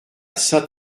saint